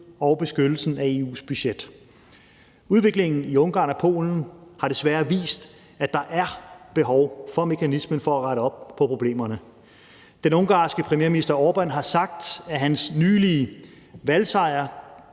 og beskyttelsen af EU's budget. Udviklingen i Ungarn og Polen har desværre vist, at der er behov for mekanismen for at rette op på problemerne. Den ungarske premierminister Orbán har sagt, at hans nylige valgsejr